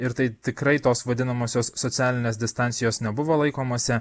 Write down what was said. ir tai tikrai tos vadinamosios socialinės distancijos nebuvo laikomasi